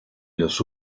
los